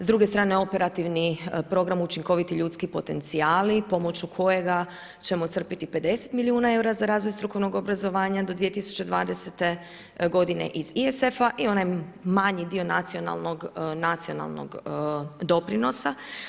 S druge strane operativni program Učinkoviti ljudski potencijali pomoću kojega ćemo crpiti 50 milijuna eura za razvoj strukovnog obrazovanja do 2020. godine i ISF-a i onaj manji dio nacionalnog doprinosa.